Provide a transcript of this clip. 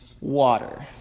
water